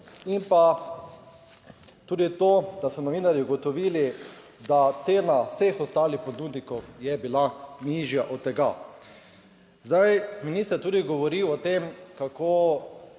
In pa tudi to, da so novinarji ugotovili, da cena vseh ostalih ponudnikov je bila nižja od tega. Zdaj, minister je tudi govoril o tem, kako